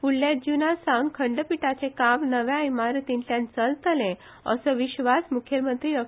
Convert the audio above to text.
फुडल्या जून सावन खंडपिठाचें काम नव्या इमारतींतल्यान चलतलें असो विस्वास मूखेलमंत्री डॉ